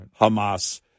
Hamas